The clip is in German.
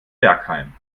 bergheim